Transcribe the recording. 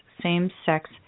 same-sex